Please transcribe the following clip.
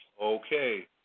Okay